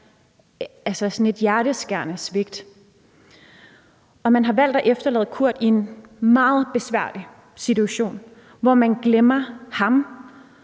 været udsat hjerteskærende svigt. Man har valgt at efterlade Kurt i en meget besværlig situation, hvor man glemmer ham,